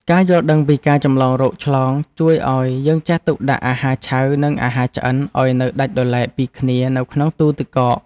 ការយល់ដឹងពីការចម្លងរោគឆ្លងជួយឱ្យយើងចេះទុកដាក់អាហារឆៅនិងអាហារឆ្អិនឱ្យនៅដាច់ដោយឡែកពីគ្នានៅក្នុងទូរទឹកកក។